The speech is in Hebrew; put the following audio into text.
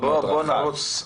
בואו, בואו נרוץ.